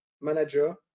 manager